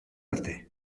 arte